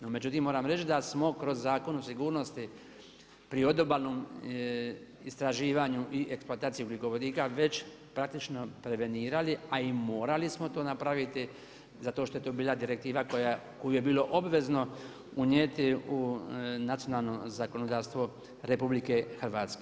No međutim moram reći da smo kroz Zakon o sigurnosti pri odobalnom istraživanju i eksploataciji ugljikovodika već praktično prevenirali, a i morali smo to napraviti zato što je to bila direktiva koju je bilo obvezno unijeti u nacionalno zakonodavstvo RH.